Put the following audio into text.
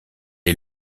est